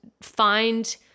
find